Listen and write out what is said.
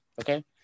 okay